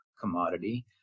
commodity